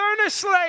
earnestly